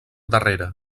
darrere